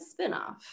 spinoff